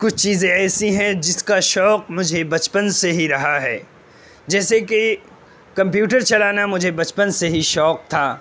کچھ چیزیں ایسی ہیں جس کا شوق مجھے بچپن سے ہی رہا ہے جیسے کہ کمپیوٹر چلانا مجھے بچپن سے ہی شوق تھا